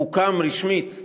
הוא הוקם רשמית,